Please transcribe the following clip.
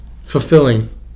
fulfilling